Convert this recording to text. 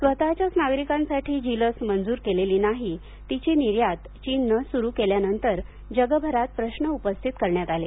स्वतःच्याच नागरिकांसाठी जी लस मंजूर केलेली नाही तिची निर्यात चीननं सुरु केल्यानंतर जगभरात प्रश्न उपस्थित करण्यात आले